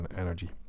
energy